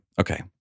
okay